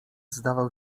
zdawał